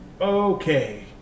okay